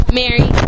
mary